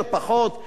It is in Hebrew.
חברים יקרים,